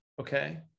okay